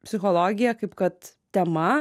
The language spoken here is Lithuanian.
psichologija kaip kad tema